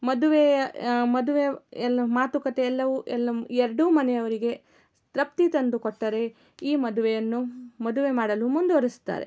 ಮದುವೆಯ ಮದುವೆ ಎಲ್ಲ ಮಾತುಕತೆ ಎಲ್ಲವೂ ಎಲ್ಲ ಎರಡೂ ಮನೆಯವರಿಗೆ ತೃಪ್ತಿ ತಂದುಕೊಟ್ಟರೆ ಈ ಮದುವೆಯನ್ನು ಮದುವೆ ಮಾಡಲು ಮುಂದುವರೆಸ್ತಾರೆ